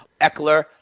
Eckler